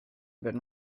been